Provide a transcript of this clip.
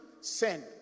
send